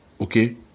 okay